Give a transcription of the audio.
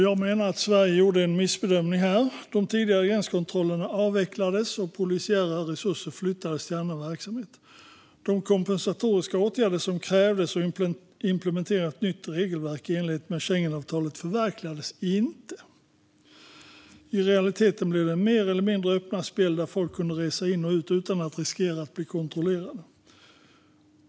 Jag menar att Sverige gjorde en missbedömning här. De tidigare gränskontrollerna avvecklades, och polisiära resurser flyttades till annan verksamhet. De kompensatoriska åtgärder som krävdes och implementeringen av ett nytt regelverk i enlighet med Schengenavtalet förverkligades inte. I realiteten blev det mer eller mindre öppna spjäll, där folk kunde resa in och ut utan att riskera att bli kontrollerade.